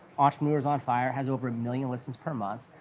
entrepreneurs on fire has over a million listens per month,